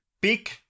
big